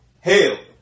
Hail